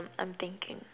I'm thinking